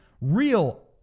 real